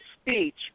speech